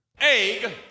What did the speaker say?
Egg